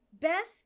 Best